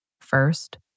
First